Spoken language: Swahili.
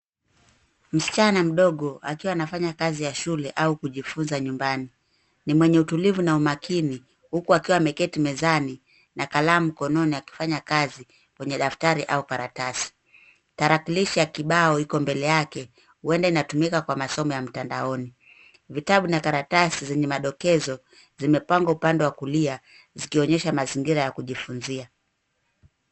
Msichana mdogo akiwa anafanya kazi ya shule au kujifunza nyumbani. Ni mwenye utulivu na umakini huku akiwa ameketi mezani na kalamu mkononi akifanya kazi kwenye daftari au karatasi. Tarakilisha kibao iko mbele yake uende inatumika kwa masomo ya mtandaoni. Vitabu na karatasi zenye madokezo zimepangwa upande wa kulia zikionyesha mazingira ya kujifunzia.